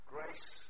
Grace